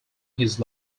his